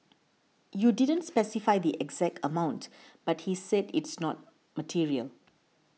you didn't specify the exact amount but he said it's not material